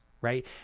right